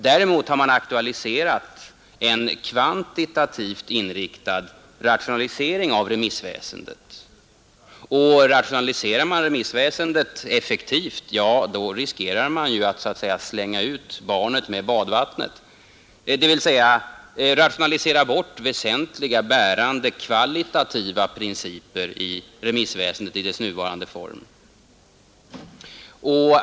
Däremot har man aktualiserat en kvantitativt inriktad rationalisering av remissväsendet. Och rationaliserar man remissväsendet effektivt riskerar man att så att säga slänga ut barnet med badvattnet, dvs, rationalisera bort väsentliga, bärande, kvalitativa principer i remissväsendet i dess nuvarande form.